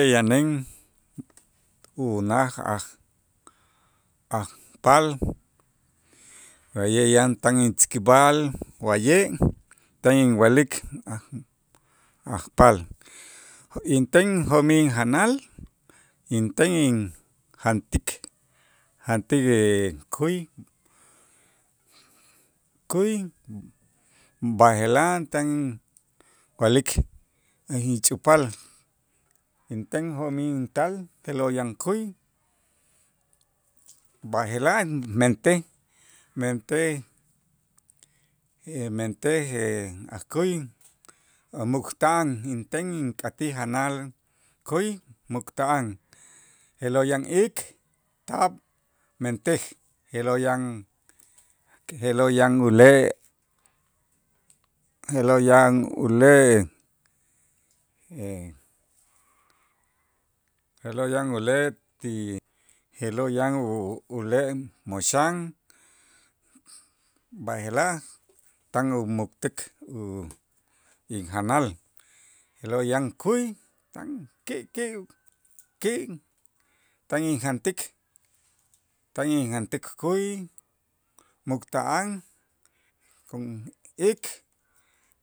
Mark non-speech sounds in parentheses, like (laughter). Wa'ye' yanen unaj aj- ajpaal wa'ye' yan tan intzikb'al wa'ye' tan inwa'lik aj- ajpaal inten jo'mij injanal inten injantik jantik (hesitation) käy käy b'aje'laj tan inwa'lik (unintelligible) ch'upaal inten jo'mij intal je'lo' yan käy, b'aje'laj mentej mentej (hesitation) mentej (hesitation) a' käy a' mukta'an inten ink'atij janal käy mukta'an je'lo' yan ik, taab' mentej je'lo' yan je'lo' yan ule' je'lo' yan ule' (hesitation) je'lo' yan ule' ti, je'lo' yan u- ule' moxan b'aje'laj tan umuktik u injanal je'lo' yan käy tan ki'ki' ki' tan injantik tan injantik käy mukta'an con ik